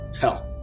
Hell